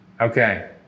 Okay